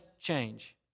change